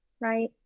right